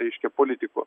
reiškia politikų